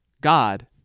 God